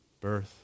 Birth